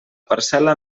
parcel·la